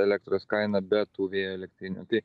elektros kaina be tų vėjo elektrinių tai